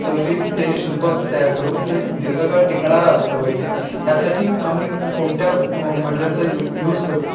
तो जी ते जे शिल्प तयार करू हे दीर्घकाळ टिकणारं असलं पाहिजे ह्यासाठी आम्ही कोणत्या मटेरियलचा यु युज करू